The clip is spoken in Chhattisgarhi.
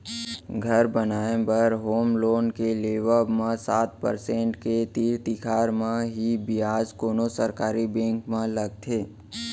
घर बनाए बर होम लोन के लेवब म सात परसेंट के तीर तिखार म ही बियाज कोनो सरकारी बेंक म लगथे